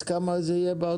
מה גובה האגרה שתהיה באוטו-טק?